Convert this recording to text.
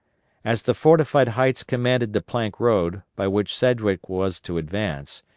as the fortified heights commanded the plank road by which sedgwick was to advance,